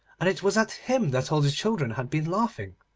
and it was at him that all the children had been laughing,